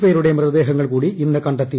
പേരുടെ മൃതദേഹങ്ങൾ കൂടി ഇന്ന് കണ്ടെത്തി